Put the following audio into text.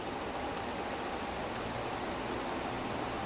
and and is not a theatre release it's on Amazon Prime